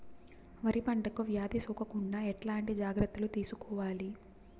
వరి పంటకు వ్యాధి సోకకుండా ఎట్లాంటి జాగ్రత్తలు తీసుకోవాలి?